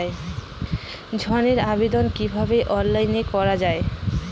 ঋনের আবেদন কিভাবে অনলাইনে করা যায়?